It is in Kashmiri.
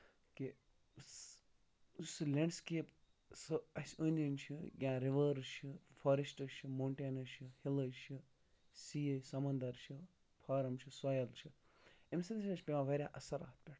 کہِ سُہ لینڈ سِکیپ سُہ اَسہِ أندۍ أندۍ چھُ یا رِوٲرٕس چھُ فاریٚسٹٕس چھِ ماوٹینٕز چھِ ہِلز چھِ سِی سَمندر چھِ فارم چھُ سۄیِل چھُ اَمہِ سۭتۍ چھُ پیٚوان واریاہ اَثر اَتھ پٮ۪ٹھ